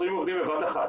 20 עובדים בבת אחת.